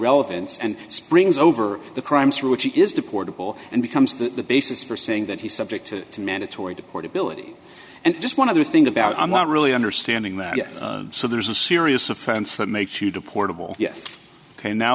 relevance and springs over the crimes for which he is deportable and becomes the basis for saying that he's subject to mandatory to portability and just one other thing about i'm not really understanding that so there's a serious offense that makes you deportable yes ok now